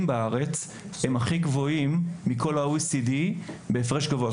בארץ הם הכי גבוהים מכל ה- OECDבהפרש גבוה,